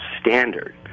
standard